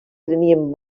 prenien